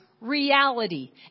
reality